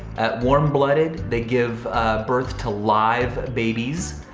warm blooded, they give birth to live babies.